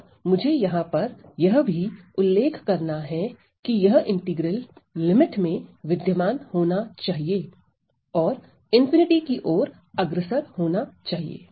और मुझे यहां पर यह भी उल्लेख करना है कि यह इंटीग्रल लिमिट में विद्यमान होना चाहिए और की ओर अग्रसर होना चाहिए